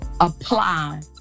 Apply